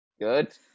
Good